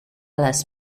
les